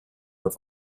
were